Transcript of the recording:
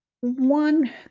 One